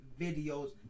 videos